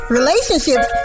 relationships